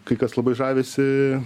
kai kas labai žavisi